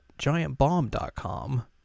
GiantBomb.com